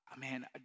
man